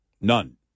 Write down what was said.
none